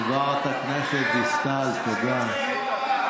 חברת הכנסת דיסטל, תודה.